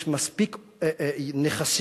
יש מספיק נכסים,